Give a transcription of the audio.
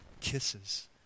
kisses